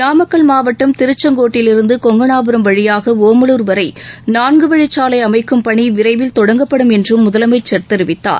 நாமக்கல் மாவட்டம் திருச்செங்கோட்டிலிருந்து கொங்கனாபுரம் வழியாக ஒமலூர் வரை நான்குவழிச் சாலை அமைக்கும் பணி விரைவில் தொடங்கப்படும் என்றும் முதலமைச்சர் தெரிவித்தார்